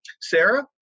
Sarah